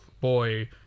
boy